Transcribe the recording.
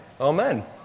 Amen